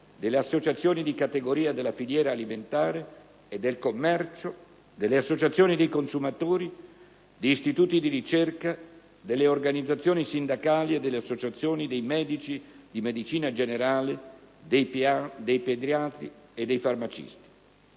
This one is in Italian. delle associazioni di categoria della filiera alimentare e del commercio, delle associazioni dei consumatori, di istituti di ricerca, delle organizzazioni sindacali e delle associazioni dei medici di medicina generale, dei pediatri e dei farmacisti